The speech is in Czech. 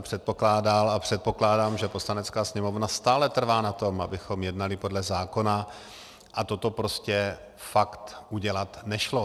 Předpokládal jsem a předpokládám, že Poslanecká sněmovna stále trvá na tom, abychom jednali podle zákona, a toto fakt udělat nešlo.